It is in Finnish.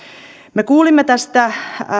me kuulimme tästä